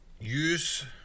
Use